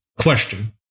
question